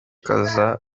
ukaza